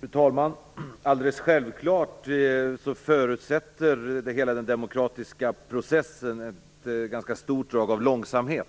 Fru talman! Alldeles självfallet förutsätter hela den demokratiska processen ett ganska starkt drag av långsamhet.